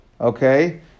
okay